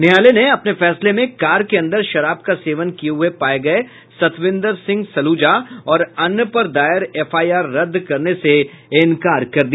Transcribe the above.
न्यायालय ने अपने फैसले में कार के अंदर शराब का सेवन किये हुए पाये गये सतविंदर सिंह सलूजा और अन्य पर दायर एफआईआर रद्द करने से इंकार कर दिया